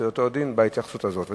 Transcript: שהוא אותו דין בהתייחסות הזאת.